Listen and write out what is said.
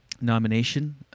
nomination